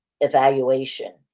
evaluation